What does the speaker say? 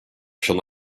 shall